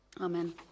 Amen